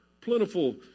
plentiful